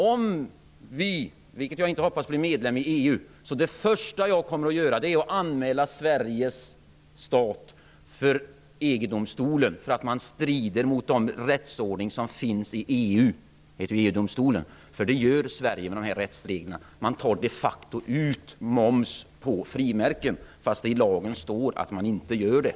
Det första jag kommer att göra om vi blir medlem i EU -- vilket jag inte hoppas -- blir att anmäla svenska staten för EU-domstolen för att den har bestämmelser som strider mot den rättsordning som finns i EU. Det har Sverige med dessa rättsregler. Man tar de facto ut moms på frimärken fast det står i lagen att man inte gör det.